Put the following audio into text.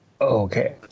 okay